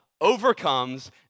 overcomes